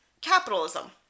capitalism